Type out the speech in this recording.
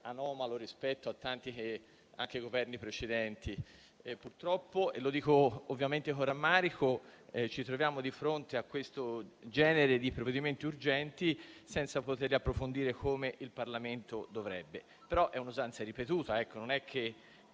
anomalo rispetto a quelli presentati anche da tanti Governi precedenti. Purtroppo - e lo dico con rammarico - ci troviamo di fronte a questo genere di provvedimenti urgenti senza poterli approfondire come il Parlamento dovrebbe, però è un'usanza ripetuta: i Governi